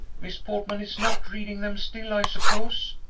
miss portman is not reading them still, i suppose?